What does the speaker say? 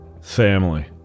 family